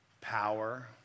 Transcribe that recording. power